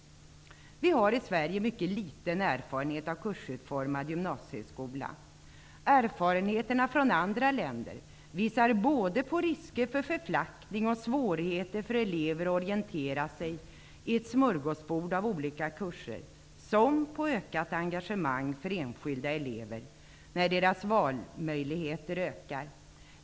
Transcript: Vi har i Sverige mycket liten erfarenhet av en kursutformad gymnasieskola. Erfarenheterna från andra länder visar såväl på risker för förflackning och svårigheter för elever att orientera sig i ett smörgåsbord av olika kurser som på ökat engagemang för enskilda elever när deras valmöjligheter ökar.